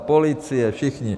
Policie, všichni.